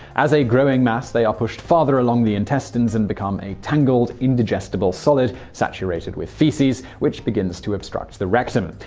as a growing mass, they are pushed farther along the intestines and become a tangled indigestible solid, saturated with feces, which begins to obstruct the rectum.